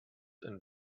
and